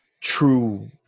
true